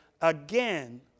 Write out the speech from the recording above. again